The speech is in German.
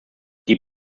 die